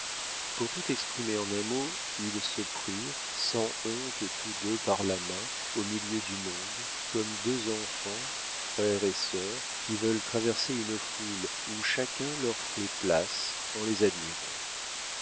pour tout exprimer en un mot ils se prirent sans honte tous deux par la main au milieu du monde comme deux enfants frère et sœur qui veulent traverser une foule où chacun leur fait place en les admirant